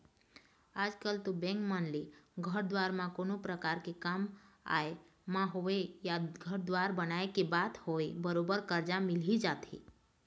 आजकल तो बेंक मन ले घर दुवार म कोनो परकार के काम आय म होवय या घर दुवार बनाए के बात होवय बरोबर करजा मिल ही जाथे